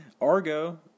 Argo